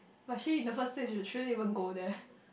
but actually in the first place you shouldn't even go there